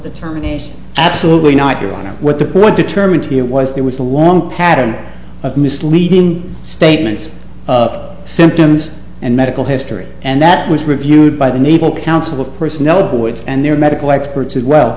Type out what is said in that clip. determination absolutely not your honor what the what determined to be it was there was a long pattern of misleading statements of symptoms and medical history and that was reviewed by the naval counsel the personnel boards and their medical experts as well